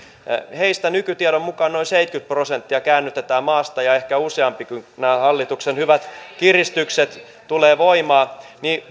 heistä nykytiedon mukaan noin seitsemänkymmentä prosenttia käännytetään maasta ja ehkä useampikin kun nämä hallituksen hyvät kiristykset tulevat voimaan